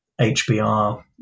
HBR